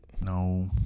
No